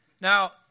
Now